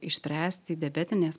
išspręsti diabetinės